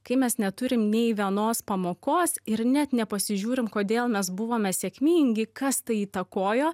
kai mes neturim nei vienos pamokos ir net nepasižiūrim kodėl mes buvome sėkmingi kas tai įtakojo